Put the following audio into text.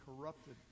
corrupted